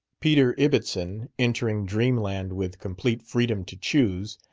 peter ibbetson, entering dreamland with complete freedom to choose,